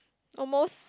almost